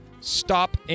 stop